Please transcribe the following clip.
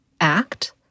act